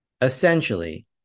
essentially